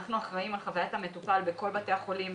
אנחנו אחראים על חוויית המטופל בכל בתי החולים,